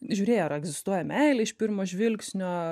žiūrėjo ar egzistuoja meilė iš pirmo žvilgsnio